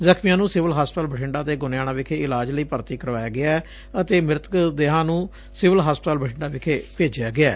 ਜਖ਼ਮੀਆਂ ਨੂੰ ਸਿਵਲ ਹਸਪਤਾਲ ਬਠਿੰਡਾ ਅਤੇ ਗੋਨਿਆਣਾ ਵਿਖੇ ਇਲਾਜ ਲਈ ਭਰਤੀ ਕਰਵਾਇਆ ਗਿਐ ਅਤੇ ਮ੍ਰਿਤਕ ਦੇਹਾ ਨੂੰ ਸਿਵਲ ਹਸਪਤਾਲ ਬਠਿੰਡਾ ਵਿਖੇ ਭੇਜਿਆ ਗਿਐ